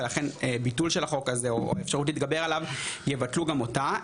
ולכן ביטול של החוק הזה או אפשרות להתגבר עליו יבטלו גם אותה.